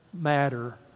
matter